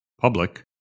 public